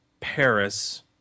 Paris